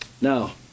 Now